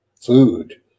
food